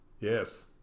Yes